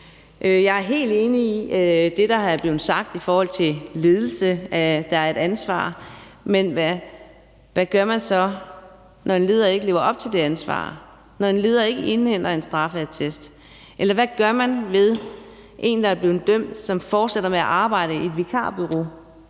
Jeg er helt enig i det, der er blevet sagt i forhold til ledelse, altså at der er et ansvar. Men hvad gør man så, når en leder ikke lever op til det ansvar; når en leder ikke indhenter en straffeattest? Eller hvad gør man ved en, der er blevet dømt, men som fortsætter med at arbejde i et vikarbureau?